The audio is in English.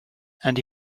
and